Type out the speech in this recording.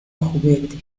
juguete